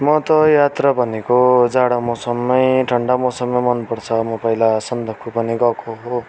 म त यात्रा भनेको जाडो मौसममै ठन्डा मौसममै मन पर्छ म पहिला सन्दकपू पनि गएको हो